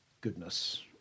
goodness